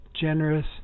generous